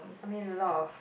I mean a lot of